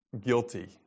Guilty